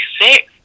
sick